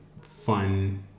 fun